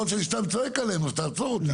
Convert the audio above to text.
או שאני סתם צועק עליהם, אז תעצור אותי.